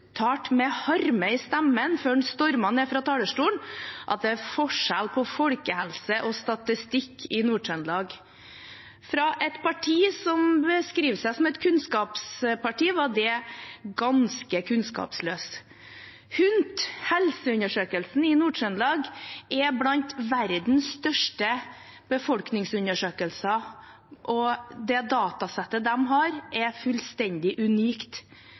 uttalte med harme i stemmen før han stormet ned fra talerstolen, at det er forskjell på folkehelse og statistikk i Nord-Trøndelag. Fra et parti som beskriver seg som et kunnskapsparti, var det ganske kunnskapsløst. HUNT, Helseundersøkelsen i Nord-Trøndelag, er blant verdens største befolkningsundersøkelser, og det datasettet de har, er fullstendig unikt